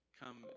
come